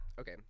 okay